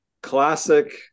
classic